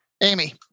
Amy